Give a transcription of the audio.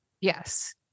yes